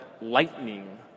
lightning